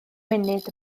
munud